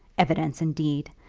evidence, indeed!